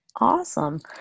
Awesome